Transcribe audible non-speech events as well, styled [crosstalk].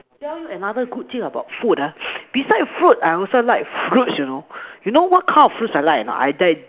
tell you another good thing about food ah [noise] beside food I also like fruits you know you know what kind of fruits I like or not I like